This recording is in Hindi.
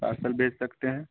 पार्सल भेज सकते हैं